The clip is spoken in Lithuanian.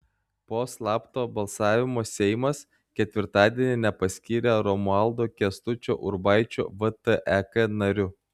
po slapto balsavimo seimas ketvirtadienį nepaskyrė romualdo kęstučio urbaičio vtek nariu